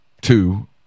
two